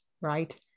right